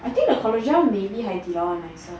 I think the collagen one maybe 海底捞 nicer